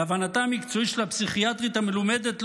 להבנתה המקצועית של הפסיכיאטרית המלומדת,